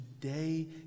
today